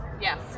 Yes